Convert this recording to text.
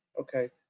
okay